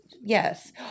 yes